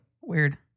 Weird